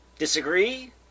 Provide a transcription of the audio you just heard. Disagree